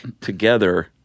together